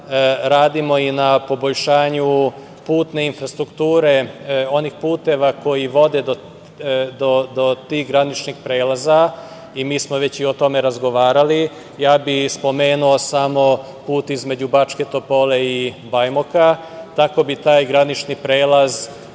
radimo i na poboljšanju putne infrastrukture onih puteva koji vode do tih graničnih prelaza. Mi smo već i o tome razgovarali. Ja bih spomenuo samo put između Bačke Topole i Bajmoka. Tako bi taj granični prelaz